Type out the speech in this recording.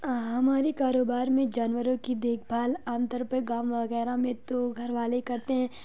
ہمارے کاروبار میں جانوروں کی دیکھ بھال عام طور پہ گاؤں وغیرہ میں تو گھر والے کرتے ہیں